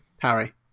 harry